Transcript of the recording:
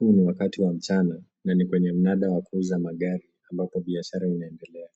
Hii ni wakati wa mchana na ni kwenye mnada wa kuuza magari ambapo biashara inaendelea.